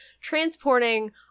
transporting